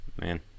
man